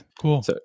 cool